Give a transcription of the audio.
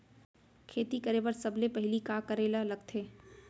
खेती करे बर सबले पहिली का करे ला लगथे?